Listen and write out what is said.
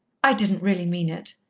i didn't really mean it,